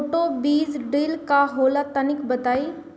Roto बीज drill का होला तनि बताई?